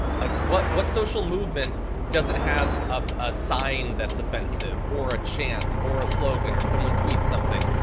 like, what what social movement doesn't have ah a sign that's offensive, or a chant, or a slogan, or someone tweets something?